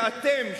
שאתם,